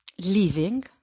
living